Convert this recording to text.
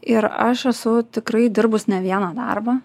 ir aš esu tikrai dirbus ne vieną darbą